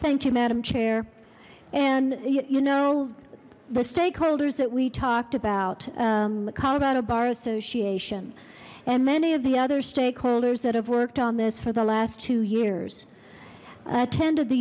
thank you madam chair and you know the stakeholders that we talked about colorado bar association and many of the other stakeholders that have worked on this for the last two years attended the